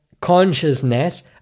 consciousness